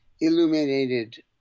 illuminated